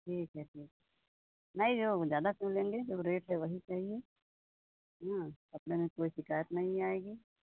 ठीक है फिर नहीं वो ज्यादा क्यों लेंगे जो रेट है वही चाहिये हाँ कपड़े में कोई शिकायत नहीं आएगी